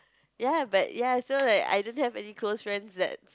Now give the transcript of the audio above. ya but ya so like I don't have any close friends that